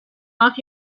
off